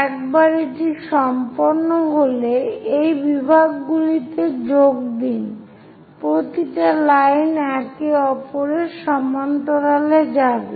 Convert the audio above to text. একবার এটি সম্পন্ন হলে এই বিভাগগুলিতে যোগ দিন প্রতিটা লাইন একে অপরের সমান্তরালে যাবে